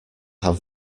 have